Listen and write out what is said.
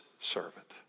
servant